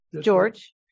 George